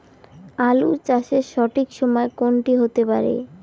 আলু চাষের সঠিক সময় কোন টি হতে পারে?